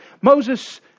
Moses